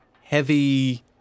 heavy